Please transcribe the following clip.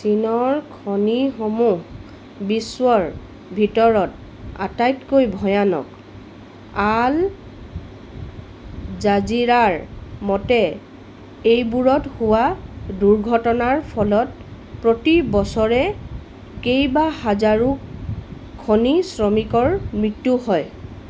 চীনৰ খনিসমূহ বিশ্বৰ ভিতৰত আটাইতকৈ ভয়ানক আল জাজিৰাৰ মতে এইবোৰত হোৱা দুৰ্ঘটনাৰ ফলত প্ৰতিবছৰে কেইবা হাজাৰো খনি শ্ৰমিকৰ মৃত্যু হয়